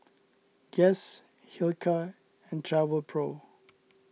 Guess Hilker and Travelpro